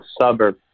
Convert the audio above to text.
suburb